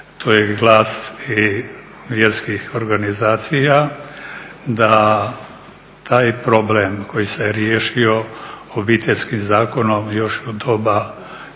To je glas i vjerskih organizacija da taj problem koji se riješio Obiteljskim zakonom još u doba bivše